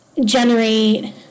generate